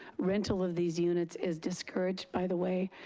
rental of these units is discouraged, by the way,